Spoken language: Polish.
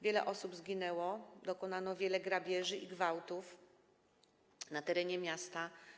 Wiele osób zginęło, dokonano wielu grabieży i gwałtów na terenie miasta.